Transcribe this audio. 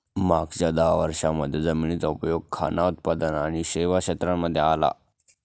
मागच्या दहा वर्षांमध्ये जमिनीचा उपयोग खान उत्पादक आणि सेवा क्षेत्रांमध्ये आला